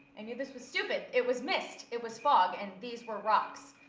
and knew this was stupid. it was mist. it was fog, and these were rocks.